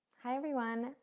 hi everyone.